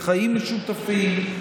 לחיים משותפים,